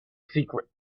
secret